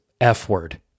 F-Word